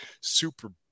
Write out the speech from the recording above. super